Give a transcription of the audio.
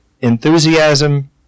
Enthusiasm